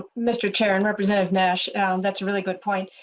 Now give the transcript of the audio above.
ah mister chair and represent nash and that's really good point